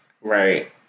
Right